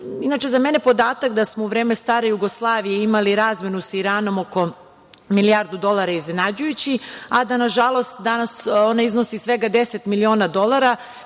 Irana. Inače, za mene je podatak da smo u vreme stare Jugoslavije imali razmenu sa Iranom oko milijardu dolara iznenađujući, a da nažalost danas ona iznosi svega 10 miliona dolara. Vidimo